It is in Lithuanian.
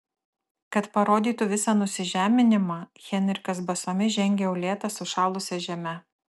kad parodytų visą nusižeminimą henrikas basomis žengė uolėta sušalusia žeme